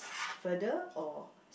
further or